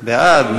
בעד,